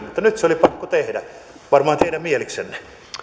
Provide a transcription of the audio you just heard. nyt se oli pakko tehdä varmaan teidän mieliksenne